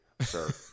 sir